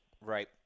Right